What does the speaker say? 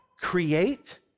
create